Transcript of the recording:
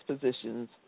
positions